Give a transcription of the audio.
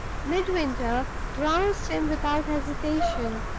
midwinter roused him without hesitation,